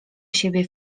siebie